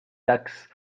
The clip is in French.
taxes